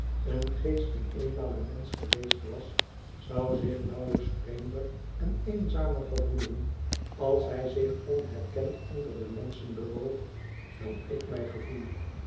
een geest die eenmaal een mensch geweest was zou zich nauwelijks vreemder en eenzamer gevoelen als hij zich onherkend onder de menschen bewoog dan ik mij gevoel